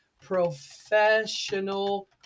professional